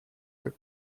как